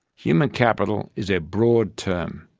human capital is a broad term.